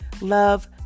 love